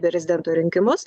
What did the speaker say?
prezidento rinkimus